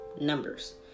numbers